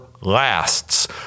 lasts